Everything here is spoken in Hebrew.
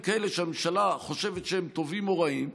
כאלה שהממשלה חושבת שהם טובים או רעים,